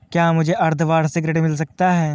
क्या मुझे अर्धवार्षिक ऋण मिल सकता है?